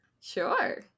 Sure